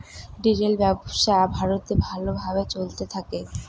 retail ব্যবসা ভারতে ভালো ভাবে চলতে থাকে